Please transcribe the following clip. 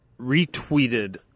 retweeted